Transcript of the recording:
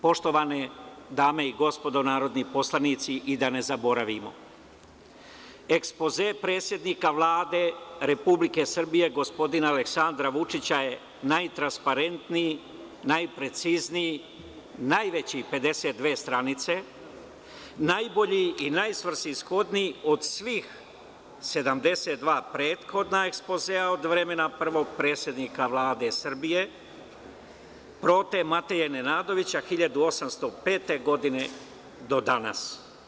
Poštovane dame i gospodo narodni poslanici i da ne zaboravimo, ekspoze predsednika Vlade Republike Srbije, gospodina Aleksandra Vučića je najtransparentniji, najprecizniji, najveći 52 stranice, najbolji i najsvrsishodniji od svih 72 prethodna ekspozea od vremena prvog predsednikaVlade Srbije Prote Matije Nenadovića, 1805. godine do danas.